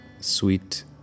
sweet